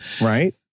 right